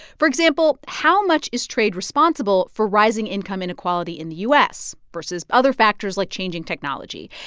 for example, how much is trade responsible for rising income inequality in the u s. versus other factors like changing technology?